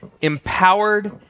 empowered